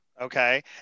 okay